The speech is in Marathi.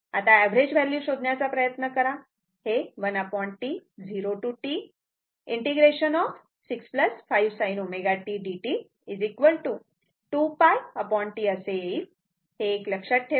आता ऍव्हरेज व्हॅल्यू शोधण्याचा प्रयत्न करा हे 1 T 0 ते T ∫ 6 5 sin ω tdt 2π T असे येईल हे एक लक्षात ठेवा